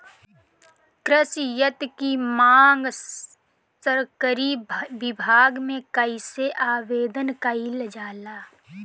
कृषि यत्र की मांग सरकरी विभाग में कइसे आवेदन कइल जाला?